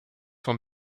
sont